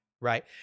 Right